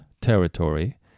territory